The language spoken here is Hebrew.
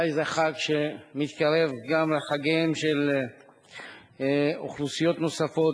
זה חג שמתקרב גם לחגים של אוכלוסיות נוספות,